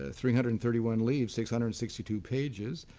ah three hundred and thirty one leaves, six hundred and sixty two pages.